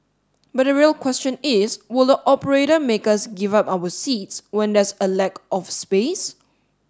but the real question is will the operator make us give up our seats when there's a lack of space